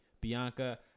Bianca